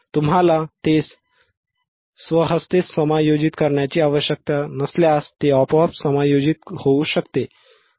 तुम्हाला ते स्वहस्ते समायोजित करण्याची आवश्यकता नसल्यास ते आपोआप समायोजित होऊ शकते